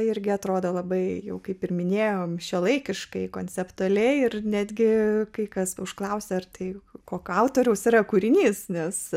irgi atrodo labai jau kaip ir minėjau anksčiau laikiškai konceptualiai ir netgi kai kas užklausia ar tai autoriaus yra kūrinys nes